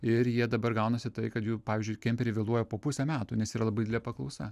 ir jie dabar gaunasi tai kad jų pavyzdžiui kemperiai vėluoja po pusę metų nes yra labai didelė paklausa